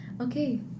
Okay